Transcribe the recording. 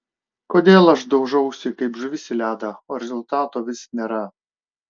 kodėl aš daužausi kaip žuvis į ledą o rezultato vis nėra